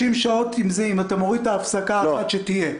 30 שעות, אם אתה מוריד את הפסקה האחת שתהיה.